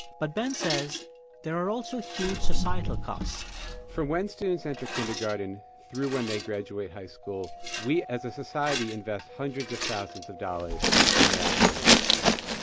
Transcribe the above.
but ben says there are also huge societal costs from when students enter kindergarten through when they graduate high school, we as a society invest hundreds of thousands of dollars in their academic success.